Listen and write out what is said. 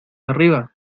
arriba